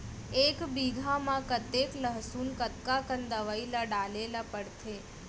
एक बीघा में कतेक लहसुन कतका कन दवई ल डाले ल पड़थे?